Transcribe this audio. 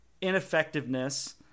ineffectiveness